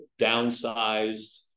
downsized